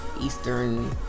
Eastern